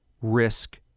risk